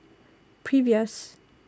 previous